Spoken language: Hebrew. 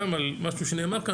גם על משהו שנאמר כאן,